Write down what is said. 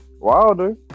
Wilder